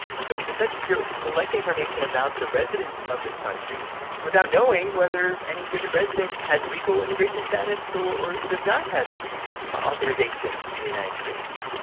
so the census bureau is collecting information about the residents of this country without knowing whether any given resident has legal immigration status or or does not have authorization to be united states.